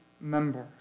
members